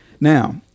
Now